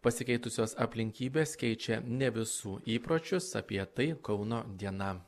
pasikeitusios aplinkybės keičia ne visų įpročius apie tai kauno diena